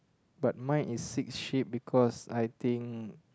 but mine is six ship because I think